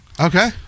Okay